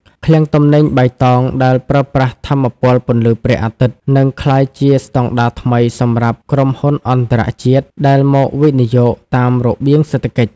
ឃ្លាំងទំនិញបៃតងដែលប្រើប្រាស់ថាមពលពន្លឺព្រះអាទិត្យ នឹងក្លាយជាស្តង់ដារថ្មីសម្រាប់ក្រុមហ៊ុនអន្តរជាតិដែលមកវិនិយោគតាមរបៀងសេដ្ឋកិច្ច។